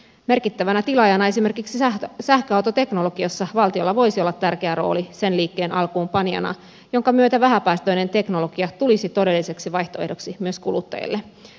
merkittävänä tilaajana esimerkiksi sähköautoteknologiassa valtiolla voisi olla tärkeä rooli sen liikkeen alkuunpanijana jonka myötä vähäpäästöinen teknologia tulisi todelliseksi vaihtoehdoksi myös kuluttajille